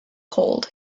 cold